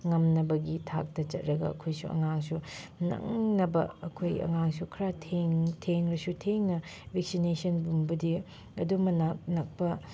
ꯉꯝꯅꯕꯒꯤ ꯊꯥꯛꯇ ꯆꯠꯂꯒ ꯑꯩꯈꯣꯏꯁꯨ ꯑꯉꯥꯡꯁꯨ ꯅꯪꯅꯕ ꯑꯩꯈꯣꯏ ꯑꯉꯥꯡꯁꯨ ꯈꯔ ꯊꯦꯡꯂꯁꯨ ꯊꯦꯡꯅ ꯚꯦꯛꯁꯤꯅꯦꯁꯟꯒꯨꯝꯕꯗꯤ ꯑꯗꯨꯝ ꯃꯅꯥꯛ ꯅꯛꯄ